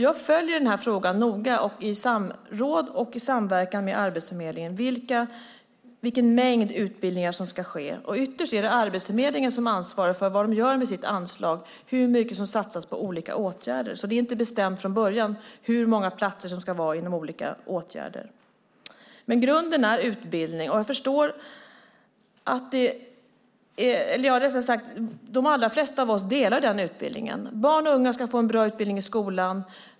Jag följer alltså denna fråga noga, i samråd och samverkan med Arbetsförmedlingen, och tittar på vilken mängd utbildningar som ska ske. Ytterst är det Arbetsförmedlingen som ansvarar för vad de gör med sitt anslag och hur mycket som satsas på olika åtgärder. Det är alltså inte bestämt från början hur många platser det ska vara inom olika åtgärder. Grunden är dock utbildning. De allra flesta av oss delar denna inställning. Barn och unga ska få en bra utbildning i skolan.